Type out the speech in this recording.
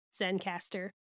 Zencaster